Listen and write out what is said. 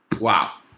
Wow